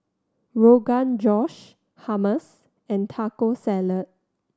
Rogan Josh Hummus and Taco Salad